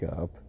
up